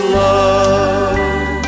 love